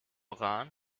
rahn